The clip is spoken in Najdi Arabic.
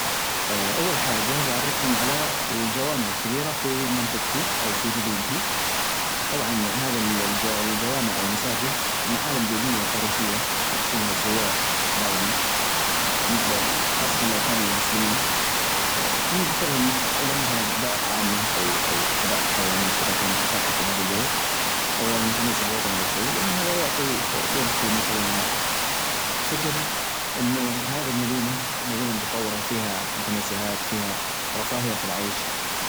أول حاجة بعرفهم على الجوامع الكبيرة في منطجتي أو في مدينتي، طبعا هذا الجوامع أو المساجد معالم دينية تاريخية يجصدها الزوار دائما خاصة لو كانوا مسلمين، ثم أخذهم أ إلى مثلا حدائق عامة أو-أو حدائق حيوانات إذا كانت متاحة في هذا البلد، أو لو متنزه وطني أو شيء لأن هذا يعطي يضفي مثلا آآ فكر أنه هذه المدينة مدينة متطورة فيها متنزهات فيها رفاهية في العيش.